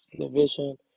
division